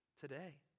today